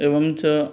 एवं च